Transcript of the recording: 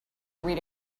read